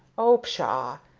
oh, pshaw!